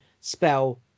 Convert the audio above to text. spell